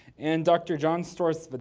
and dr. john storsved, but